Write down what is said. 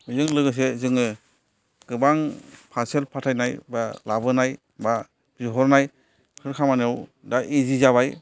बेजों लोगोसे जोङो गोबां पार्सेल फाथाइनाय बा लाबोनाय बा बिहरनाय खामानियाव दा इजि जाबाय